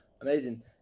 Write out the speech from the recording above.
Amazing